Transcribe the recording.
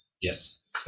Yes